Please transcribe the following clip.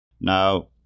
Now